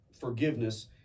forgiveness